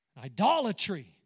idolatry